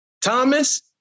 Thomas